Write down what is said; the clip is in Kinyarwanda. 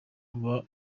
uba